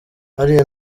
hariya